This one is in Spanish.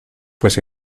pues